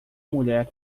mulher